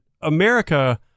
America